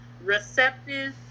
receptive